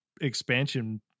expansion